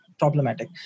problematic